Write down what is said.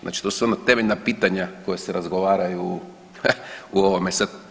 Znači to su ona temeljna pitanja koja se razgovaraju u ovome sad.